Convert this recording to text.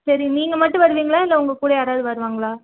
சரி நீங்கள் மட்டும் வருவீங்களா இல்லை உங்கக்கூட யாராவது வருவாங்களா